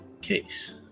Case